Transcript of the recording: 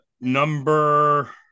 number